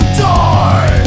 die